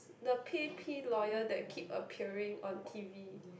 the P_A_P lawyer that keep appearing on t_v